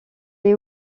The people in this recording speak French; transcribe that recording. est